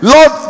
Lord